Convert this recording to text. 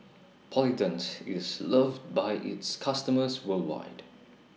Polident IS loved By its customers worldwide